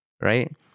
right